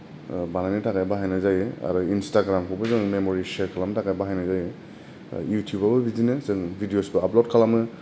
बानायनो थाखाय बाहायनाय जायो आरो इनसताग्रामखौबो जोङो मेमरि सेयार खालामनो थाखाय बाहायनाय जायो इउथुबावबो बिदिनो जों भदिअ आफलद खालामो